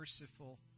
merciful